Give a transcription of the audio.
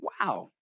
wow